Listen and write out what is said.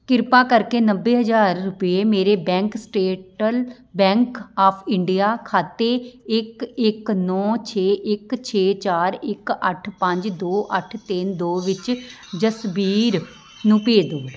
ਕਿਰਪਾ ਕਰਕੇ ਨੱਬੇ ਹਜ਼ਾਰ ਰੁਪਏ ਮੇਰੇ bank state bank of India ਖਾਤੇ ਇੱਕ ਇੱਕ ਨੌ ਛੇ ਇੱਕ ਛੇ ਚਾਰ ਇੱਕ ਅੱਠ ਪੰਜ ਦੋ ਅੱਠ ਤਿੰਨ ਦੋ ਵਿੱਚ ਜਸਬੀਰ ਨੂੰ ਭੇਜ ਦੇਵੋ